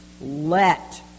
let